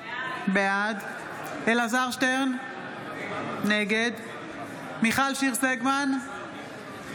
בעד אלעזר שטרן, נגד מיכל שיר סגמן, אינה